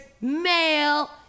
male